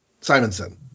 Simonson